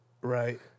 Right